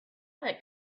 like